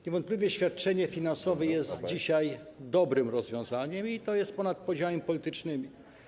Niewątpliwie świadczenie finansowe jest dzisiaj dobrym rozwiązaniem i to jest ponad podziałami politycznymi.